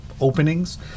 openings